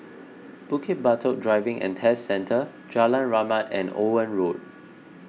Bukit Batok Driving and Test Centre Jalan Rahmat and Owen Road